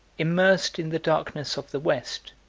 immersed in the darkness of the west,